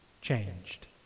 changed